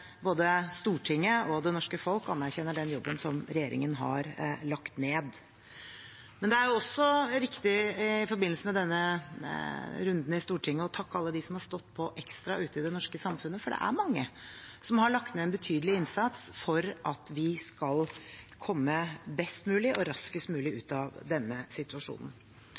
både Stortinget og det norske folk anerkjenner den jobben som regjeringen har lagt ned. Men det er også riktig i forbindelse med denne runden i Stortinget, å takke alle dem som har stått på ekstra ute i det norske samfunnet. For det er mange som har lagt ned en betydelig innsats for at vi skal komme best mulig og raskest mulig ut av denne situasjonen.